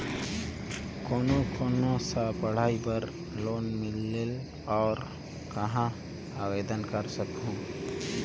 कोन कोन सा पढ़ाई बर लोन मिलेल और कहाँ आवेदन कर सकहुं?